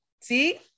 see